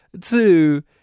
Two